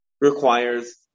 requires